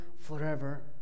forever